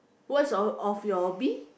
what's of of your hobby